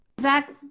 Zach